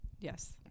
Yes